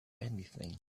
anything